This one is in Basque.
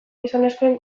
gizonezkoen